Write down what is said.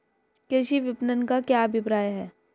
कृषि विपणन का क्या अभिप्राय है?